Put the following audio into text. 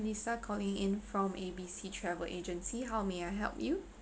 lisa calling in from A B C travel agency how may I help you